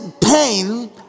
pain